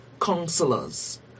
counselors